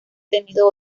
tenido